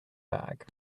bag